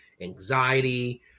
anxiety